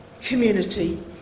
community